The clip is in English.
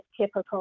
typical